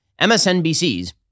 MSNBC's